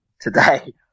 today